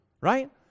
Right